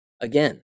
Again